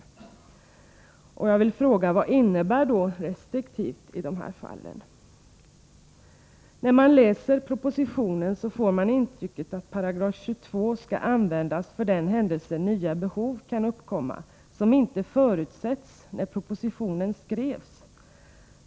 Jag vill fråga: Vad innebär då | ”restriktivt” i de här fallen? När man läser propositionen får man intrycket att 22 § skall användas för den händelse nya behov kan uppkomma som inte förutsetts när propositionen skrevs.